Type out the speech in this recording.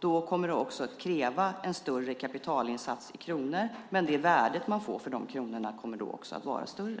kommer det att krävas en större kapitalinsats i kronor. Men det värde man får när det gäller de kronorna kommer också att vara större.